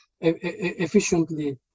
efficiently